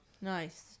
Nice